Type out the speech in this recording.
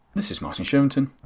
this is martin shervington.